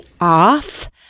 off